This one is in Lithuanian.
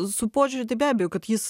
su požiūriu tai be abejo kad jis